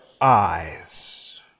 eyes